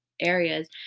areas